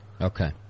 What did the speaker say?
Okay